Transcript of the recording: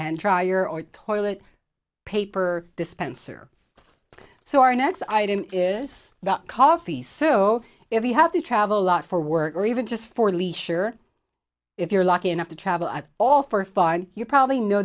hand dryer or toilet paper dispenser so our next item is about coffee so if you have to travel a lot for work or even just for leisure if you're lucky enough to travel at all for fun you probably know